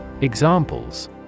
Examples